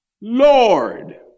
Lord